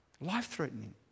Life-threatening